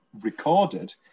recorded